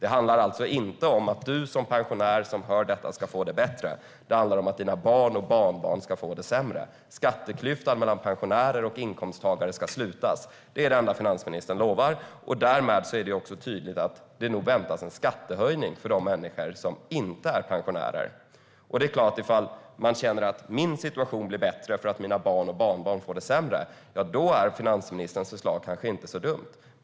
Det handlar alltså inte om att du som pensionär som hör detta ska få det bättre. Det handlar om att dina barn och barnbarn ska få det sämre. Skatteklyftan mellan pensionärer och inkomsttagare ska slutas. Det är det enda finansministern lovar, och därmed är det tydligt att det nog väntas en skattehöjning för de människor som inte är pensionärer. Om man känner att ens situation blir bättre för att ens barn och barnbarn får det sämre är finansministerns förslag inte så dumt.